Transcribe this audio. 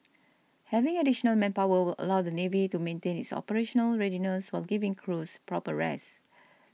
having additional manpower will allow the navy to maintain its operational readiness while giving crews proper rest